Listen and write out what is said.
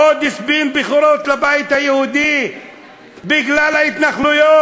עוד ספין בחירות לבית היהודי בגלל ההתנחלויות?